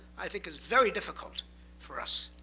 i think it's very difficult for us,